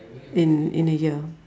in in a year